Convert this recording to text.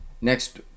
Next